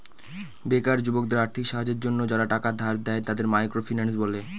বেকার যুবকদের আর্থিক সাহায্যের জন্য যারা টাকা ধার দেয়, তাদের মাইক্রো ফিন্যান্স বলে